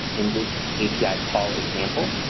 in this api call example,